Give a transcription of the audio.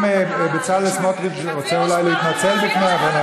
אם בצלאל סמוטריץ רוצה אולי להתנצל בפנייך,